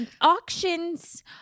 auctions